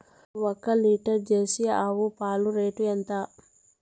ఒక litre Jersey ఆవు పాలు రేటు ఎంత?